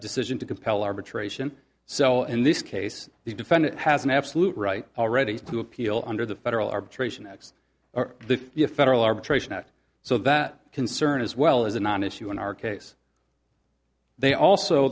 decision to compel arbitration so in this case the defendant has an absolute right already to appeal under the federal arbitration eggs or the federal arbitration act so that concern as well is a non issue in our case they also